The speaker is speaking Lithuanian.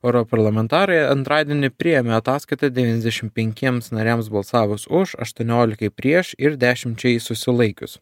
europarlamentarai antradienį priėmė ataskaitą devyniasdešim penkiems nariams balsavus už aštuoniolikai prieš ir dešimčiai susilaikius